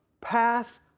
path